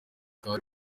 nka